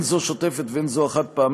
הן זו השוטפת והן זו החד-פעמית,